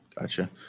gotcha